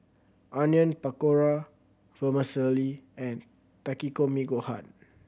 Onion Pakora Vermicelli and Takikomi Gohan